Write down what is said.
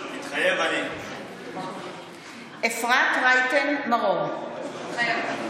מתחייב אני אפרת רייטן מרום, מתחייבת אני